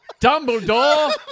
Dumbledore